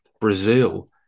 brazil